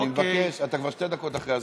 אני מבקש, אתה כבר שתי דקות אחרי הזמן.